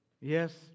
Yes